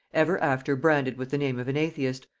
ever after branded with the name of an atheist,